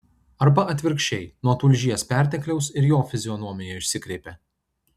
arba atvirkščiai nuo tulžies pertekliaus ir jo fizionomija išsikreipė